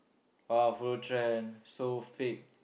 hover trend so fake